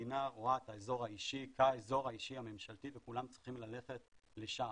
המדינה רואה את האזור האישי כאזור האישי הממשלתי וכולם צריכים ללכת לשם.